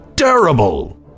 Terrible